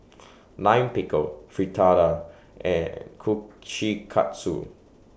Lime Pickle Fritada and Kushikatsu